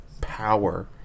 power